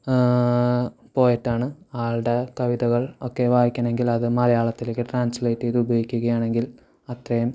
പോയറ്റാണ് ആളുടെ കവിതകൾ ഒക്കെ വായിക്കണമെങ്കിൽ അത് മലയാളത്തിലേക്ക് ട്രാൻസ്ലേറ്റ് ചെയ്ത് ഉപയോഗിക്കുകയാണെങ്കിൽ അത്രയും